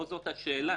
לא זאת השאלה.